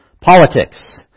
politics